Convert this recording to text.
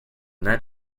that